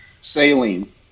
saline